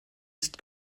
ist